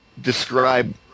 describe